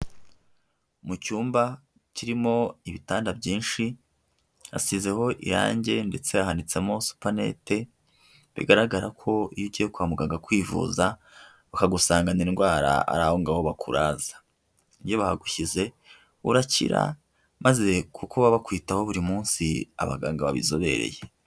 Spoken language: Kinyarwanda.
Mu cyumba kirimo ibitanda byinshi, hasizeho irangi ndetse hamanitsemo supanete, bigaragarako iyo ugiye kwa muganga kwivuza, bakagusangana indwara ari aho ngaho bakuraza, iyo bagushyize urakira maze kuko baba bakwitaho buri munsi abaganga babizobereye.